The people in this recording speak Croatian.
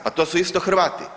Pa to su isto Hrvati.